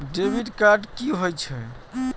Debit card की होय छे?